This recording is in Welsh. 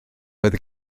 oedd